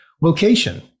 Location